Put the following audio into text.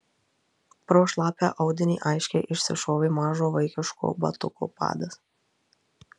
pro šlapią audinį aiškiai išsišovė mažo vaikiško batuko padas